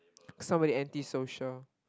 so very anti social